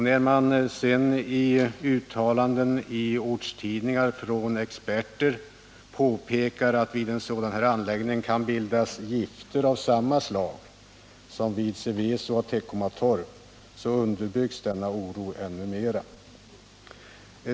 När det sedan i expertuttalanden i ortstidningar påpekas att det vid en sådan här anläggning kan bildas gift av samma slag som vid Seveso och Teckomatorp underbyggs denna oro ännu mer.